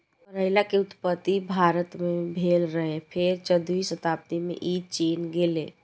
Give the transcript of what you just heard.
करैला के उत्पत्ति भारत मे भेल रहै, फेर चौदहवीं शताब्दी मे ई चीन गेलै